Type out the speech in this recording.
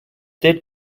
did